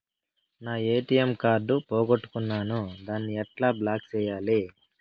నా ATM card పోగొట్టుకున్నాను, దాన్ని ఎట్లా బ్లాక్ సేయాలి?